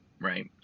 right